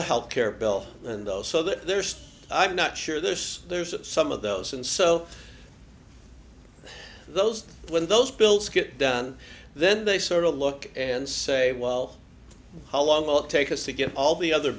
health care bill and those so that there's i'm not sure there's there's some of those and so those when those bills get done then they sort of look and say well how long will it take us to get all the other